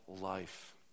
life